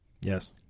Yes